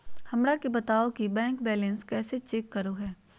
हमरा के बताओ कि बैंक बैलेंस कैसे चेक करो है?